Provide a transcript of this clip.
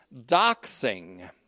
doxing